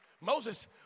Moses